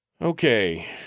Okay